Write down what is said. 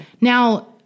Now